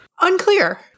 Unclear